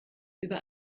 über